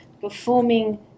performing